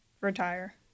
retire